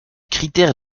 critère